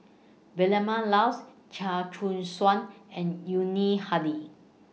Vilma Laus Chia Choo Suan and Yuni Hadi